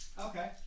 Okay